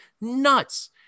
nuts